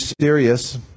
serious